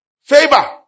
Favor